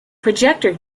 projector